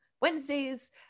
Wednesdays